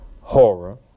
horror